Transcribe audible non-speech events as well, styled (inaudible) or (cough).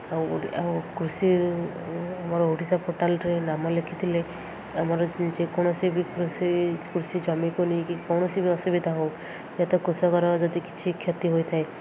ଆଉ ଆଉ କୃଷି ଆମର ଓଡ଼ିଶା ପୋର୍ଟାଲ୍ରେ ନାମ ଲେଖିଥିଲେ ଆମର ଯେକୌଣସି ବି କୃଷି କୃଷି ଜମିକୁ ନେଇକି କୌଣସି ବି ଅସୁବିଧା ହଉ (unintelligible) କୃଷକର ଯଦି କିଛି କ୍ଷତି ହୋଇଥାଏ